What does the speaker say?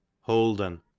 holden